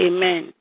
Amen